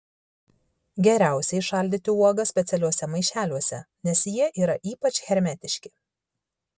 geriausiai šaldyti uogas specialiuose maišeliuose nes jie yra ypač hermetiški